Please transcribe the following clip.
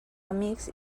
amics